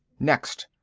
next!